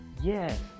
Yes